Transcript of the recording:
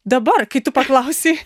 dabar kai tu paklausei